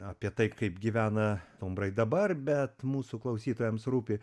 apie tai kaip gyvena stumbrai dabar bet mūsų klausytojams rūpi